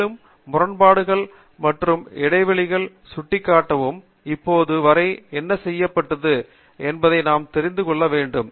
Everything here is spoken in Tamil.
மேலும் முரண்பாடுகள் மற்றும் இடைவெளிகளை சுட்டிக்காட்டவும் இப்போது வரை என்ன செய்யப்பட்டது என்பதை நாம் தெரிந்து கொள்ள வேண்டும்